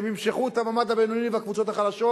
הם ימשכו את המעמד הבינוני והקבוצות החלשות,